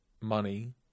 money